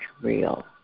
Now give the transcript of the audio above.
real